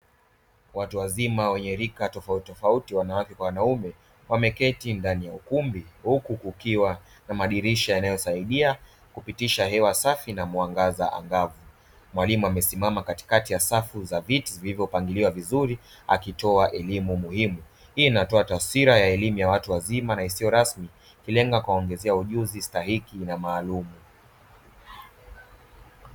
Watu wazima wenye rika tofauti tofauti wanawake kwa wanaume wameketi ndani ya ukumbi huku kukiwa na madirisha yanayosaidia kupitisha hewa safi na mwangaza angavu. Mwalimu amesimama katikati ya safu za viti zilizopangiliwa vizuri akitoa elimu muhimu, hii inatoa taswira ya elimu ya watu wazima na isiyo rasmi ikilenga kuwaongezea ujuzi stahiki na maalumu.